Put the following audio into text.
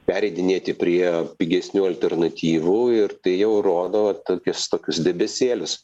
pereidinėti prie pigesnių alternatyvų ir tai jau rodo tokius tokius debesėlius